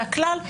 זה הכלל,